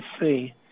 see